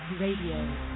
Radio